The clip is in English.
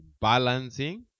balancing